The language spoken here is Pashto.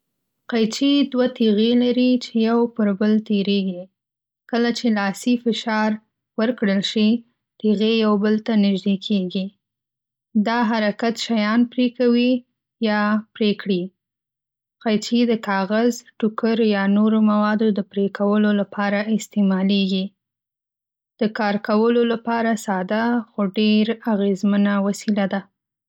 قيچي دوه تیغې لري چې یو پر بل تیریږي. کله چې لاسي فشار ورکړل شي، تیغې یو بل ته نژدې کېږي. دا حرکت شیان پرې کوي یا پرې کړي. قيچي د کاغذ، ټوکر، یا نورو موادو د پرې کولو لپاره استعمالیږي. د کار کولو لپاره ساده خو ډېر اغېزمنه وسیله ده.